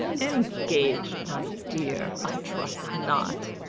engaged, my dear! i trust not,